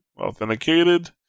authenticated